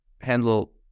handle